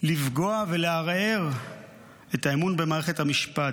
לפגוע ולערער את האמון במערכת המשפט.